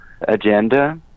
agenda